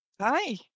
Hi